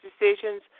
decisions